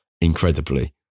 Incredibly